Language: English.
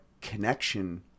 connection